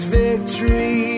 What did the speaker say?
victory